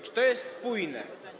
Czy to jest spójne?